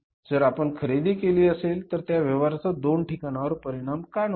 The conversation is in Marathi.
जर आपण खरेदी केली असेल तर त्या व्यवहाराचा दोन ठिकाणांवर परिणाम का नको